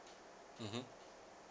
mmhmm